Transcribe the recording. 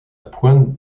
pointe